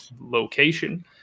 location